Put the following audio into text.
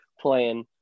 playing